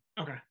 Okay